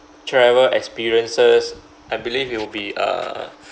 travel experiences I believe it will be uh